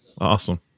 awesome